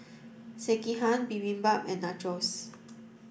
Sekihan Bibimbap and Nachos